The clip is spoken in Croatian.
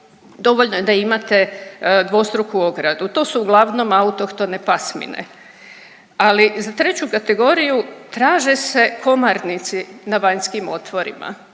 dovoljno je da imate dvostruku ogradu, to su uglavnom autohtone pasmine. Ali za 3. kategoriju traže se komarnici na vanjskim otvorima.